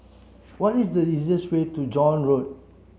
what is the easiest way to John Road